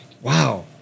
wow